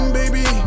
baby